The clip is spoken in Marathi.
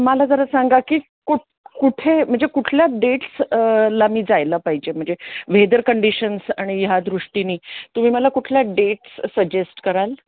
मला जरा सांगा की कुठ कुठे म्हणजे कुठल्या डेट्स ला मी जायला पाहिजे म्हणजे व्हेदर कंडिशन्स आणि ह्या दृष्टीने तुम्ही मला कुठल्या डेट्स सजेस्ट कराल